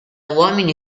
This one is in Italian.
uomini